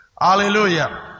Hallelujah